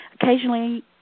Occasionally